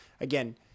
Again –